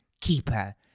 keeper